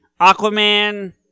Aquaman